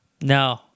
No